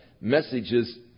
messages